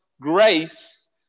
grace